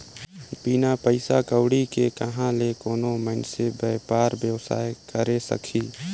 बिन पइसा कउड़ी के कहां ले कोनो मइनसे बयपार बेवसाय करे सकही